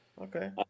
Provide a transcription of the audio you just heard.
Okay